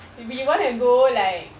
maybe you wanna go like